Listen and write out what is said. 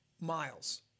miles